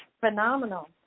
phenomenal